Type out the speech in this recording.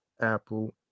Apple